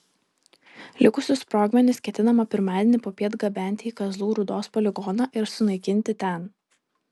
likusius sprogmenis ketinama pirmadienį popiet gabenti į kazlų rūdos poligoną ir sunaikinti ten